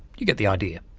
you get the idea.